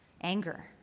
anger